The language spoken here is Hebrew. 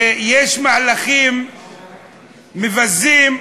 כשיש מהלכים מבזים,